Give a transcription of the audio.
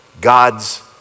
God's